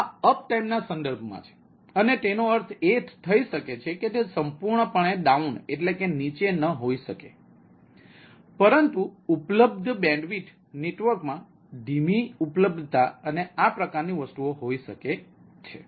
આ અપ ટાઇમના સંદર્ભમાં છે અને તેનો અર્થ એ થઈ શકે છે કે તે સંપૂર્ણ પણે ડાઉન એટલે કે નીચે ન હોઈ શકે પરંતુ ઉપલબ્ધતા બેન્ડવિડ્થ નેટવર્કમાં ધીમી ઉપલબ્ધતા અને આ પ્રકારની વસ્તુઓ હોઈ શકે છે